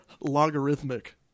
logarithmic